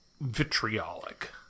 vitriolic